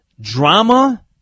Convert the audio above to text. Drama